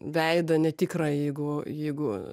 veidą netikrą jeigu jeigu